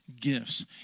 gifts